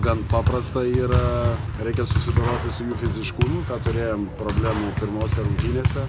gan paprasta yra reikia susidoroti su mi fiziškumu turėjom problemų pirmose rungtynėse